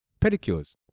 pedicures